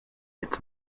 its